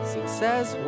Success